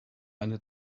eine